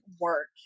work